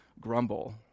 grumble